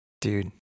Dude